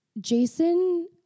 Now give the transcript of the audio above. Jason